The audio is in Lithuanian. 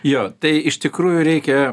jo tai iš tikrųjų reikia